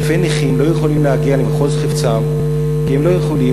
אלפי נכים לא יכולים להגיע למחוז חפצם כי הם לא יכולים,